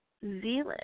Zealand